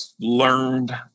learned